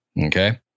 Okay